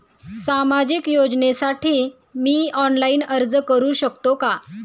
सामाजिक योजनेसाठी मी ऑनलाइन अर्ज करू शकतो का?